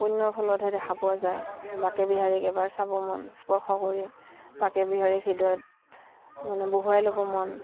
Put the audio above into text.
শূন্যৰ ফলতহে দেখা পোৱা যায় বাকে বিহাৰীক এবাৰ চাব মন স্পৰ্শ কৰি বাকে বিহাৰীক হৃদয়ত মানে বহুৱাই ল'ব মন